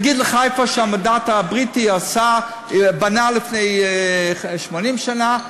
להגיד לחיפה שהמנדט הבריטי בנה לפני 80 שנה,